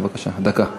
בבקשה, דקה.